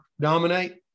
dominate